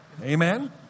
Amen